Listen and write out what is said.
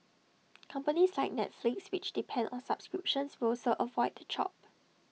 companies like Netflix which depend on subscriptions will also avoid the chop